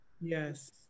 Yes